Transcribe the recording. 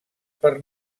per